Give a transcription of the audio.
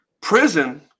prison